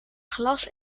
glas